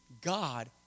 God